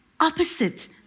opposite